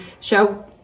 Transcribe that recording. show